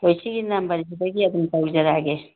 ꯍꯣꯏ ꯁꯤꯒꯤ ꯅꯝꯕꯔꯁꯤꯗꯒꯤ ꯑꯗꯨꯝ ꯇꯧꯖꯔꯛꯑꯒꯦ